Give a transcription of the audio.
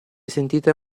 sentita